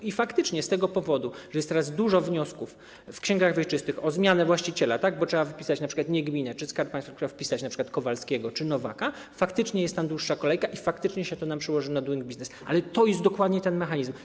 I faktycznie z tego powodu, że jest teraz dużo wniosków w księgach wieczystych o zmianę właściciela, bo trzeba wpisać np. nie gminę czy Skarb Państwa, ale trzeba wpisać np. Kowalskiego czy Nowaka, faktycznie jest tam dłuższa kolejka i faktycznie się to nam przełoży na „Doing Business”, ale to jest dokładnie ten mechanizm.